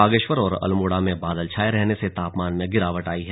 बागेश्वर और अल्मोड़ा में बादल छाए रहने से तापमान में गिरावट आई है